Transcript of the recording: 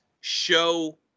show